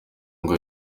ngo